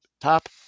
top